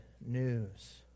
news